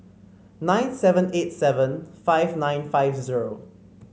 nine seven eight seven five nine five zero